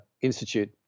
Institute